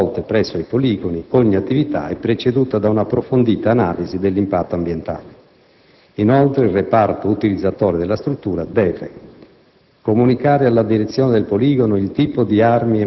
Per quanto concerne, più in particolare, le esercitazioni svolte presso i poligoni, ogni attività è preceduta da un'approfondita analisi dell'impatto ambientale. Inoltre, il reparto utilizzatore della struttura deve: